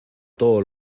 todos